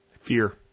Fear